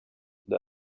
the